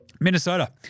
Minnesota